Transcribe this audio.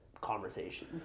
conversation